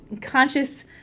conscious